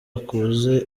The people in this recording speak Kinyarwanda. akuze